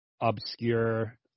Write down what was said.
obscure